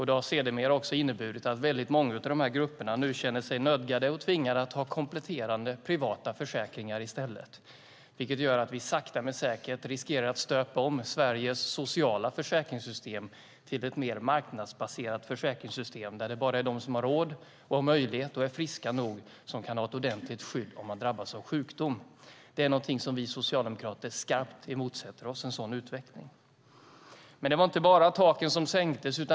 Det har sedermera också inneburit att väldigt många av de här grupperna nu känner sig nödgade och tvingade att ha kompletterande privata försäkringar i stället, vilket gör att vi sakta men säkert riskerar att stöpa om Sveriges sociala försäkringssystem till ett mer marknadsbaserat försäkringssystem, där det bara är de som har råd och möjlighet och som är friska nog som kan ha ett ordentligt skydd om de drabbas av sjukdom. En sådan utveckling är någonting som vi socialdemokrater skarpt motsätter oss. Det var inte bara taken som sänktes.